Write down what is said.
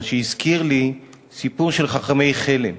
מה שהזכיר לי סיפור של חכמי חלם: